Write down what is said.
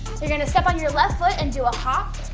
you're going to step on your left foot and do a hop.